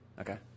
okay